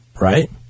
Right